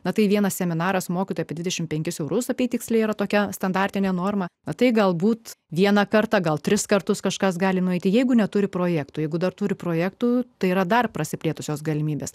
na tai vienas seminaras mokyti apie dvidešimt penkis eurus apytiksliai yra tokia standartinė norma o tai galbūt vieną kartą gal tris kartus kažkas gali nueiti jeigu neturi projektų jeigu dar turi projektų tai yra dar prasiplėtusios galimybės